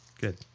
Good